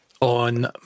on